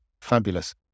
Fabulous